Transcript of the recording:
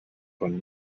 von